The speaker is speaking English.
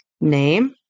name